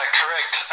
correct